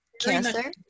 Cancer